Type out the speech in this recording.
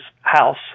house